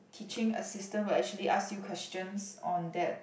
teaching assistant will actually ask you questions on that